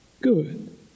good